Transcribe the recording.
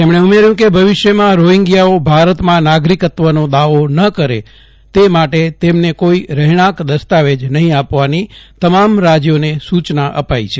તેમજ્ઞે ઉમેર્યું હતું કે ભવિષ્યમાં રોહિંગ્યાઓ ભારતમાં નાગરીકત્વનો દાવો ના કરે તે માટે તેમને કોઈ રહેજ્ઞાંક દસ્તાવેજ નહી આપવાની તમામ રાજ્યોને સુચના અપાઈ છે